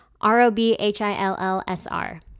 R-O-B-H-I-L-L-S-R